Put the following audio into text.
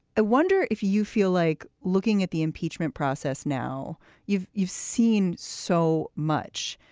wonder if you feel like looking at the impeachment process now you've you've seen so much.